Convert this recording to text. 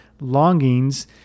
longings